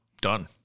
Done